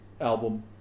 album